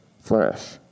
flourish